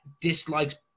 dislikes